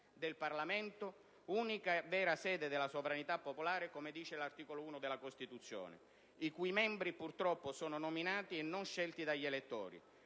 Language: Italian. del Parlamento, unica e vera sede della sovranità popolare come dice l'articolo 1 della Costituzione, i cui membri purtroppo sono nominati, e non scelti dagli elettori,